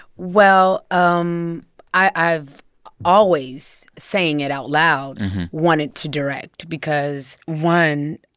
well, um i've always saying it out loud wanted to direct because, one,